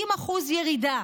60% ירידה